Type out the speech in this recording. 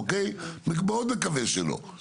בסך הכול מפקחים שיפוטיים יש לנו,